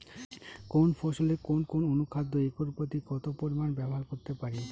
কোন ফসলে কোন কোন অনুখাদ্য একর প্রতি কত পরিমান ব্যবহার করতে পারি?